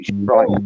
right